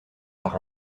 par